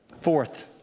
Fourth